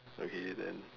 okay then